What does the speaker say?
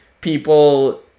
people